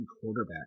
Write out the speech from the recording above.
quarterback